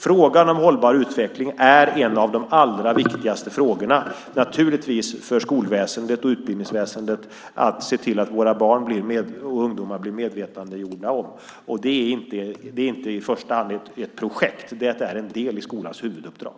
Frågan om hållbar utveckling är naturligtvis en av de allra viktigaste frågorna för skolväsendet och utbildningsväsendet att medvetandegöra hos våra barn och ungdomar. Det är inte i första hand ett projekt utan det är en del i skolans huvuduppdrag.